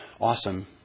awesome